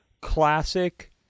classic